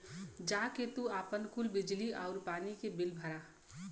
जा के तू आपन कुल बिजली आउर पानी क बिल भरा